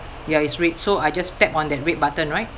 ya it's red so I just tap on that red button right